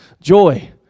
Joy